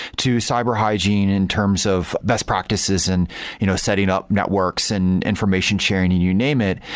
to cyber hygiene in terms of best practices and you know setting up networks and information sharing, you name it.